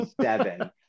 seven